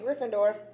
Gryffindor